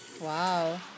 Wow